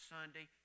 Sunday